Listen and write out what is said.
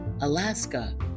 Alaska